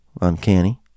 uncanny